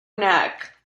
neck